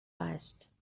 است